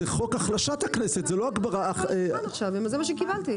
זה חוק החלשת הכנסת, לא -- זה מה שקיבלתי.